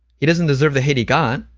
he doesn't deserve the hate he got?